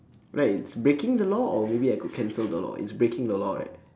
right it's breaking the law or maybe I could cancel the law it's breaking the law right